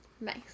Nice